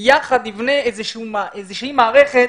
בואו יחד נבנה איזושהי מערכת